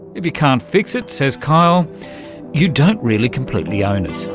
if you can't fix it, says kyle you don't really completely own it.